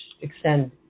extend